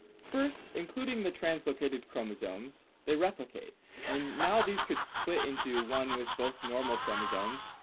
first, including the translocated chromosomes, they replicate, and now these could split into one with both normal chromosomes,